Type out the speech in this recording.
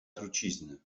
trucizny